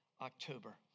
October